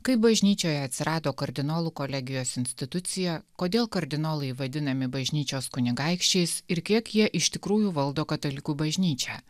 kaip bažnyčioje atsirado kardinolų kolegijos institucija kodėl kardinolai vadinami bažnyčios kunigaikščiais ir kiek jie iš tikrųjų valdo katalikų bažnyčią